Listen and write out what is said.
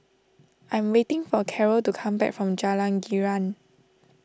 I'm waiting for Carole to come back from Jalan Girang